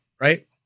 right